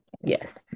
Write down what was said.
yes